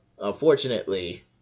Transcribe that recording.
unfortunately